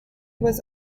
was